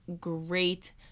great